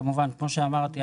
כמו שאמרתי,